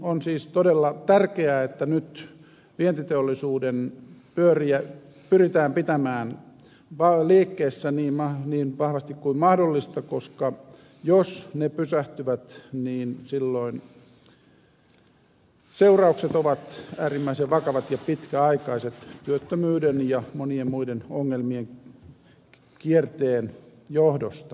on siis todella tärkeää että nyt vientiteollisuuden pyöriä pyritään pitämään liikkeessä niin vahvasti kuin mahdollista koska jos ne pysähtyvät silloin seuraukset ovat äärimmäisen vakavat ja pitkäaikaiset työttömyyden ja monien muiden ongelmien kierteen johdosta